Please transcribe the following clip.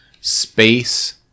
space